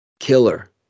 killer